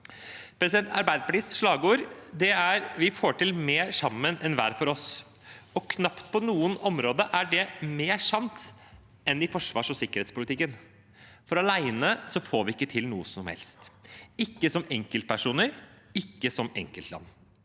politikk. Arbeiderpartiets slagord er: «Vi får til mer sammen enn hver for oss.» Knapt på noe område er det mer sant enn i forsvars- og sikkerhetspolitikken, for alene får vi ikke til noe som helst – ikke som enkeltpersoner, ikke som enkeltland.